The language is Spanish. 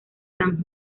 san